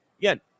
again